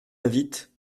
invite